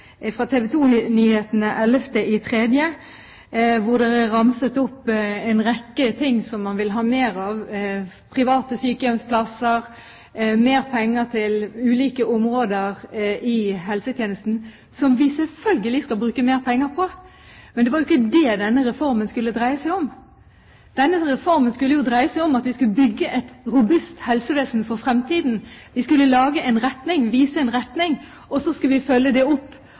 fra TV 2-nyhetene den 11. mars, hvor det er ramset opp en rekke ting som man vil ha mer av: private sykehjemsplasser, mer penger til ulike områder i helsetjenesten – som vi selvfølgelig skal bruke mer penger på, men det var jo ikke det denne reformen skulle dreie seg om. Denne reformen skulle jo dreie seg om at vi skulle bygge et robust helsevesen for fremtiden. Vi skulle vise en retning, og så skulle vi følge det opp